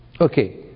Okay